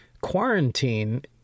quarantine